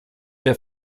der